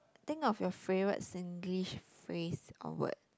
think of your favourite Singlish phrase or word